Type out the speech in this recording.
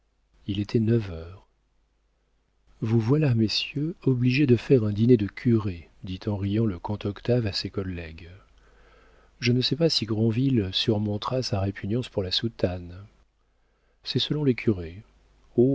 il était neuf heures vous voilà messieurs obligés de faire un dîner de curés dit en riant le comte octave à ses collègues je ne sais pas si grandville surmontera sa répugnance pour la soutane c'est selon les curés